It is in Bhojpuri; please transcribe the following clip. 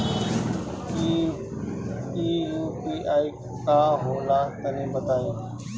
इ यू.पी.आई का होला तनि बताईं?